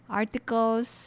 articles